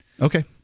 Okay